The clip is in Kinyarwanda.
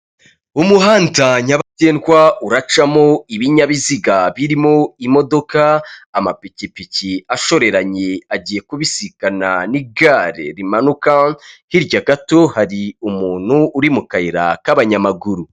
Umuhanda nyabagendwa uracamo ibinyabiziga birimo imodoka, amapikipiki ashoreranye agiye kubisikana n'igare rimanuka. hirya gato hari umuntu uri mu kayira k'abanyamaguru.